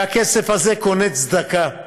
והכסף הזה קונה צדקה,